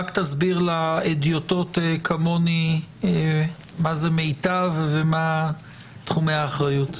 רק תסביר להדיוטות כמוני מה זה מיטב ומה תחומי האחריות.